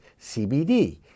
CBD